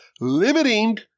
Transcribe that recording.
limiting